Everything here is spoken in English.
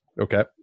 Okay